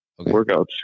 Workouts